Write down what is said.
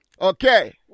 Okay